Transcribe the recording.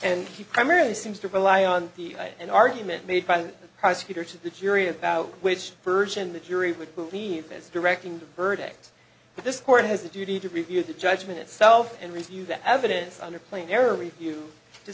and he primarily seems to rely on an argument made by the prosecutor to the jury about which version the jury would believe is directing the verdict but this court has a duty to review the judgment itself and review the evidence under plain error review to